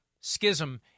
schism